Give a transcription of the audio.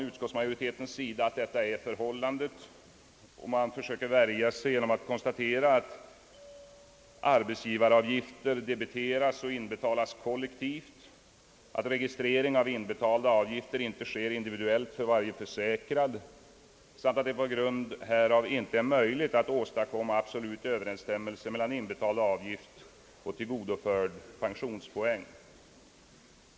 Utskottsmajoriteten bejakar att detta är förhållandet men försöker värja sig genom att konstatera, att arbetsgivaravgiften debiteras och inbetalas kollektivt, att registreringen av inbetalda avgifter inte sker individuellt för varje försäkrad och att det på grund härav inte är möjligt att åstadkomma absolut överensstämmelse mellan inbetald avgift och tillgodoförd pensionspoäng.